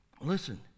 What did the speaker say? listen